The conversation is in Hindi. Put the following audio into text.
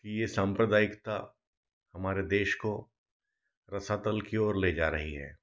की ये सांप्रदायिकता हमारे देश को रसातल की ओर ले जा रही है